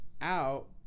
out